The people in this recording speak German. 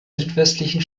südwestlichen